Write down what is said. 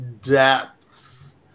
depths